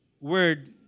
word